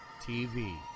TV